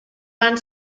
van